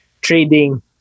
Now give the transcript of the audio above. trading